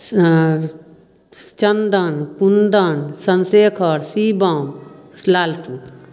Chandan Kundan Chandrashekhar Shivam Laltu